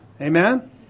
Amen